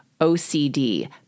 OCD